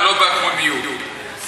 ולא בעקמומיות,